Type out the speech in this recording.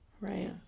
right